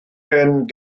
ben